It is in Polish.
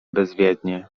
bezwiednie